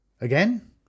Again